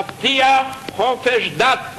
תבטיח חופש דת,